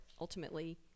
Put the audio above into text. ultimately